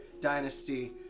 dynasty